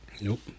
nope